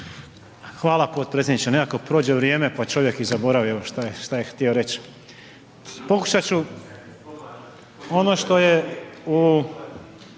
Hvala potpredsjedniče nekako prođe vrijeme pa čovjek i zaboravi šta je htio reći. Pokušat ću ono što je u